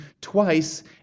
twice